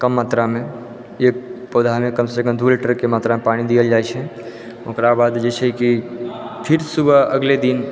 कम मात्रामे एक पौधामे कम सँ कम दू लीटरके मात्रामे पानि दियल जाइ छै ओकराबाद जे छै की फिर सुबह अगले दिन